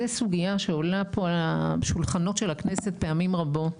זו סוגייה שעולה פה על השולחנות של הכנסת פעמים רבות.